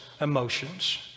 emotions